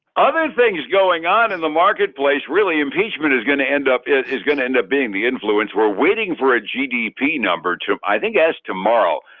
other things going on in the marketplace, really impeachment is going to end up is is going to end up being the influence. we're waiting for a gdp number to i think as tomorrow,